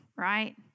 right